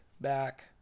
back